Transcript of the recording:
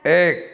এক